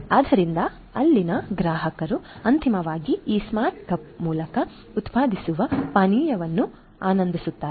ಆದ್ದರಿಂದ ಅಲ್ಲಿನ ಗ್ರಾಹಕರು ಅಂತಿಮವಾಗಿ ಈ ಸ್ಮಾರ್ಟ್ ಕಪ್ ಮೂಲಕ ಉತ್ಪಾದಿಸುವ ಪಾನೀಯವನ್ನು ಆನಂದಿಸುತ್ತಾರೆ